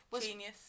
Genius